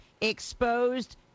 exposed